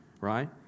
right